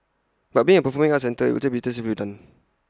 but being A performing arts centre IT will be tastefully done